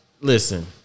listen